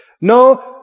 No